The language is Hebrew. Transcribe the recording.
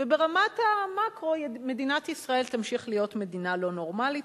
וברמת המקרו מדינת ישראל תמשיך להיות מדינה לא נורמלית,